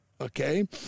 okay